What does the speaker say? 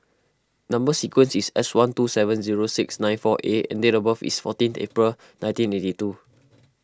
Number Sequence is S one two seven zero six nine four A and date of birth is fourteenth April nineteen eighty two